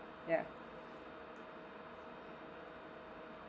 ya